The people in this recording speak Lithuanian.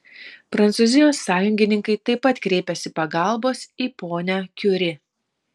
prancūzijos sąjungininkai taip pat kreipiasi pagalbos į ponią kiuri